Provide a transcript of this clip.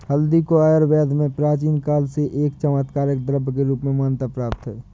हल्दी को आयुर्वेद में प्राचीन काल से ही एक चमत्कारिक द्रव्य के रूप में मान्यता प्राप्त है